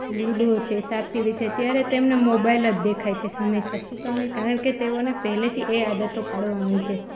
ludo છે સાપ સીડી છે ત્યારે તેમને મોબાઈલ જ દેખાય છે સમયસર શું કામ એ કારણ કે તેઓને પહેલેથી એ આદતો પાડવામાં આવી છે